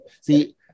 see